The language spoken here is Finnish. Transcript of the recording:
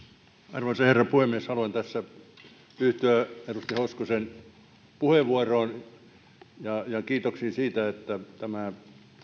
arvoisa herra puhemies haluan tässä yhtyä edustaja hoskosen puheenvuoroon ja ja kiitoksia siitä että tämä